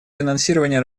финансирования